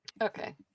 Okay